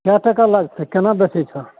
कै टका लागतै कोना बेचै छहक